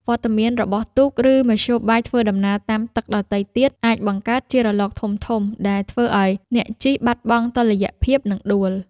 វត្តមានរបស់ទូក ឬមធ្យោបាយធ្វើដំណើរតាមទឹកដទៃទៀត អាចបង្កើតជារលកធំៗដែលធ្វើឱ្យអ្នកជិះបាត់បង់តុល្យភាព និងដួល។